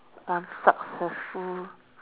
I'm successful